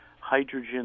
hydrogen